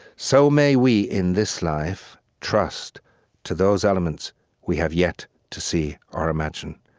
so may we, in this life trust to those elements we have yet to see or imagine,